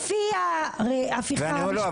לפי ההפיכה המשפטית --- לא,